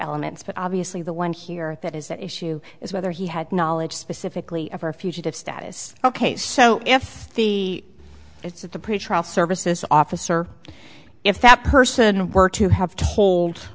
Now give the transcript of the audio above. elements but obviously the one here that is that issue is whether he had knowledge specifically of her fugitive status ok so if the it's of the pretrial services officer if that person were to have told